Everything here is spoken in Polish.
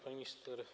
Pani Minister!